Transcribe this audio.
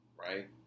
right